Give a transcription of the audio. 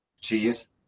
cheese